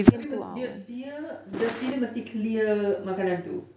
tapi me~ dia the feeder mesti clear makanan tu